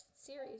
series